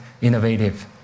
innovative